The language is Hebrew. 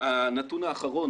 - הנתון האחרון